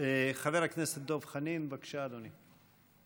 חבר הכנסת דב חנין, בבקשה, אדוני.